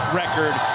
record